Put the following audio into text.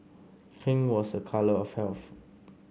pink was a colour of health